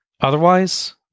Otherwise